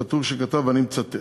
בטור שכתב, ואני מצטט: